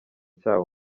cyawo